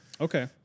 okay